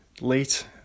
Late